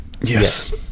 Yes